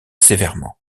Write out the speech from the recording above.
sévèrement